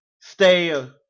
stay